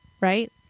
right